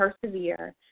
persevere